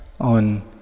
on